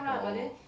orh